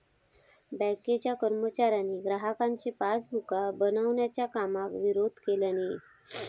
बँकेच्या कर्मचाऱ्यांनी ग्राहकांची पासबुका बनवच्या कामाक विरोध केल्यानी